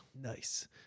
Nice